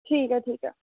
ठीक ऐ ठीक ऐ